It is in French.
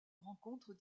rencontres